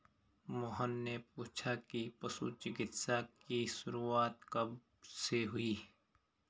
मोहन ने पूछा कि पशु चिकित्सा की शुरूआत कब से हुई?